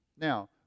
Now